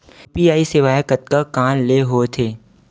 UPI सेवाएं कतका कान ले हो थे?